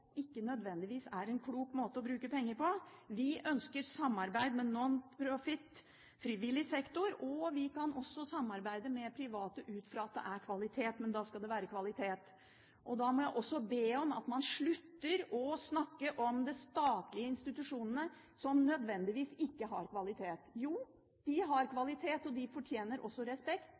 ikke nødvendigvis er en klok måte å bruke penger på. Vi ønsker samarbeid med nonprofit frivillig sektor, og vi kan også samarbeide med private ut fra at det er kvalitet – men da skal det være kvalitet. Jeg må da be om at man slutter å snakke om de statlige institusjonene som om de nødvendigvis ikke har kvalitet. Jo, de har kvalitet, og de fortjener også respekt.